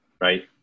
Right